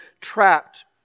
trapped